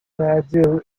nadu